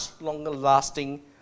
longer-lasting